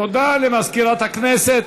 תודה למזכירת הכנסת.